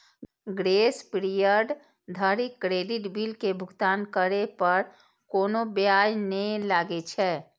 grace period धरि credit bill के भुगतान करै पर कोनो ब्याज नै लागै छै